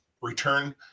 return